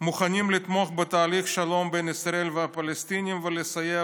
"מוכנים לתמוך בתהליך שלום בין ישראל והפלסטינים ולסייע